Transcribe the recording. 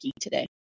today